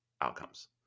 outcomes